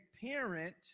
parent